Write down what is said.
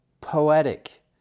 poetic